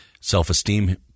self-esteem